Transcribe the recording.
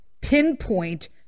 pinpoint